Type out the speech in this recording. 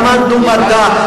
למדנו מדע,